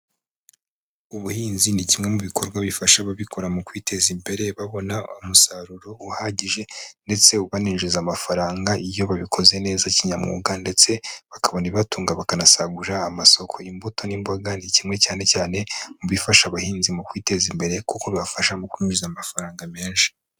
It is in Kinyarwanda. Ubuhinzi ni kimwe mu bikorwa bifasha ababikora mu kwiteza imbere, babona umusaruro uhagije ndetse baninjiza amafaranga. Iyo babikoze neza kinyamwuga, ndetse bakabona ibibatunga bakanasagurira amasoko. Imbuto n'imboga ni kimwe cyane cyane mu bifasha abahinzi mu kwiteza imbere, kuko bibafasha mu kwinjiza amafaranga menshi.